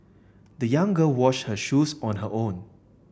the young girl washed her shoes on her own